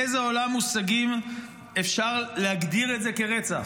באיזה עולם מושגים אפשר להגדיר את זה כרצח?